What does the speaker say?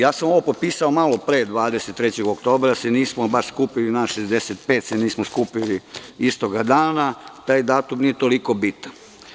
Ja sam ovo potpisao malopre, 23. oktobra se nismo baš skupili svi, nas 65 se nije skupilo istog dana, ali taj datum nije toliko bitan.